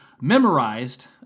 memorized